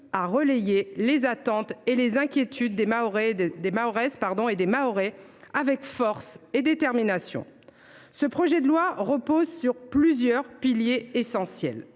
a relayé les attentes et les inquiétudes des Mahoraises et des Mahorais avec force et détermination. Ce projet de loi repose sur plusieurs piliers essentiels.